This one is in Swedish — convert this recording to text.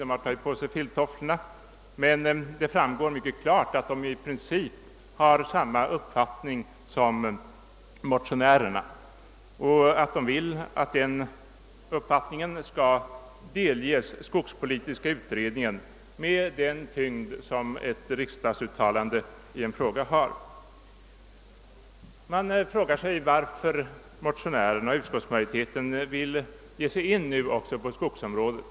Den har tagit på sig filttofflorna, men det framgår mycket klart att den i princip har samma uppfattning som motionärerna och att den vill att denna uppfattning skall delges skogspolitiska utredningen med den tyngd som ett riksdagsuttalande i en fråga har. Man frågar sig varför motionärerna och utskottsmajoriteten vill ge sig in också på skogsområdet.